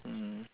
mm